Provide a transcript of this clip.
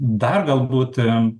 dar galbūt